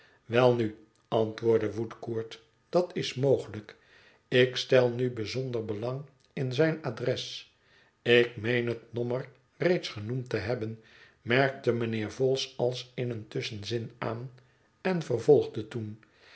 welnu antwoordde woodcourt dat is mogelijk ik stel nu bijzonder belang in zijn adres ik meen het nommer reeds genoemd te hebben merkte mijnheer vholes als in een tusschenzin aan en vervolgde toen